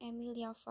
Emilia